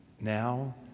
now